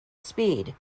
speed